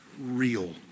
real